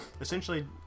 essentially